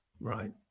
Right